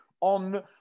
on